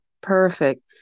Perfect